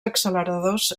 acceleradors